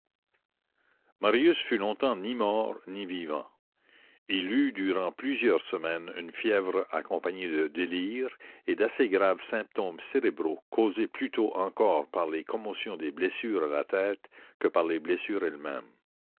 marius fut longtemps ni mort ni vivant il eut durant plusieurs semaines une fièvre accompagnée de délire et d'assez graves symptômes cérébraux causés plutôt encore par les commotions des blessures à la tête que par les blessures elles-mêmes